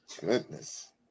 Goodness